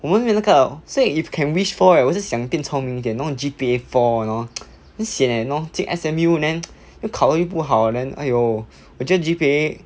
我们没有那个 so if can wish for right 我是想变聪明一点 then 弄 G_P_A four you know 很闲 eh you know 进 S_M_U and then 又考得又不好 then !aiyo! 我觉得 G_P_A